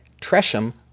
Tresham